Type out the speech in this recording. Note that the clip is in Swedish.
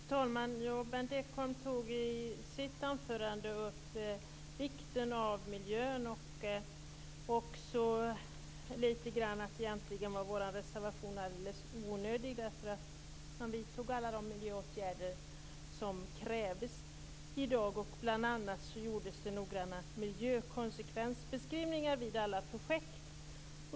Fru talman! Berndt Ekholm tog i sitt anförande upp vikten av miljön och lite om att vår reservation egentligen var alldeles onödig därför att man vidtog alla de miljöåtgärder som krävdes i dag. Bl.a. gjordes det noggranna miljökonsekvensbeskrivningar vid alla projekt.